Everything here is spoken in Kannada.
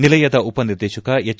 ನಿಲಯದ ಉಪ ನಿರ್ದೇಶಕ ಎಚ್